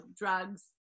drugs